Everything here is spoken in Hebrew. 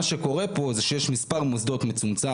מה שקורה פה זה שיש מספר מוסדות מצומצם,